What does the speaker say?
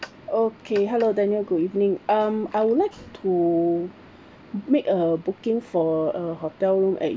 okay hello daniel good evening um I would like to make a booking for a hotel room at